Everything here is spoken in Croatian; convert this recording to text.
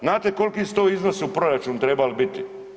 Znate koliki su to iznosi u proračunu trebali biti?